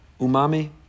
umami